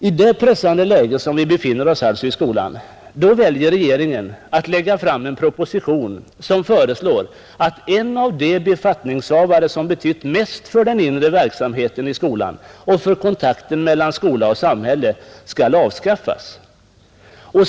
I det pressande läge i vilket vi alltså befinner oss i skolan väljer regeringen att lägga fram en proposition som föreslår att en av de befattningshavare som betytt mest för den inre verksamheten i skolan och för kontakten mellan skola och samhälle skall avskaffas.